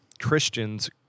Christians